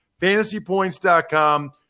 FantasyPoints.com